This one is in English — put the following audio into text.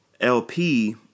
LP